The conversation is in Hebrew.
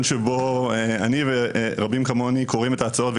שבו אני ורבים כמוני קוראים את ההצעות,